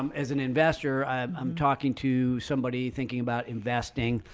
um as an investor, i'm i'm talking to somebody thinking about investing.